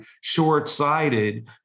short-sighted